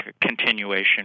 continuation